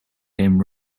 came